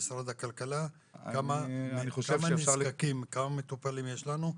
ממשרד הכלכלה, כמה נזקקים, כמה מטופלים יש לנו?